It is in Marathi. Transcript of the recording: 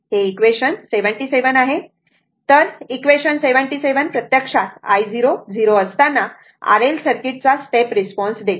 तर इक्वेशन 77 प्रत्यक्षात i0 0 असतांना R L सर्किटचा स्टेप रिस्पॉन्स देते